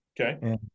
okay